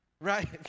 Right